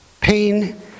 Pain